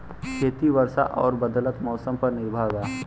खेती वर्षा और बदलत मौसम पर निर्भर बा